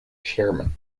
chairman